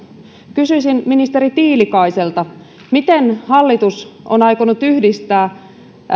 kysyisin ministeri tiilikaiselta miten hallitus on aikonut yhdistää